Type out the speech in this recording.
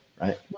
right